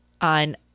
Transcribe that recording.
on